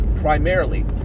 Primarily